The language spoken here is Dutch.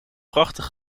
prachtig